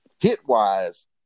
hit-wise